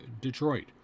Detroit